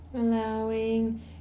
allowing